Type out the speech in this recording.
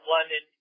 London